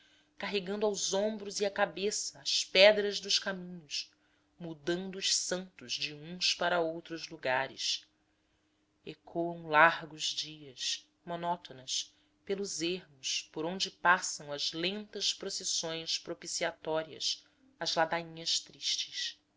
carregando aos ombros e à cabeça as pedras dos caminhos mudando os santos de uns para outros lugares ecoam largos dias monótonas pelos ermos por onde passam as lentas procissões propiciatórias as ladainhas tristes